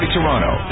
Toronto